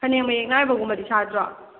ꯐꯅꯦꯛ ꯃꯌꯦꯛ ꯅꯥꯏꯕꯒꯨꯝꯕꯗꯤ ꯁꯥꯗ꯭ꯔꯣ